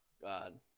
God